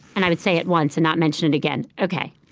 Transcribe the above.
and i would say it once, and not mention it again. ok.